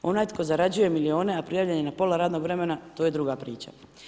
Onaj tko zarađuje milione a prijavljen je na pola radnog vremena to je druga priča.